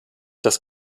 das